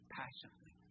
passionately